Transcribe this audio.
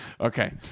Okay